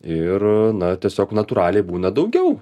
ir na tiesiog natūraliai būna daugiau